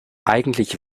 eigentlich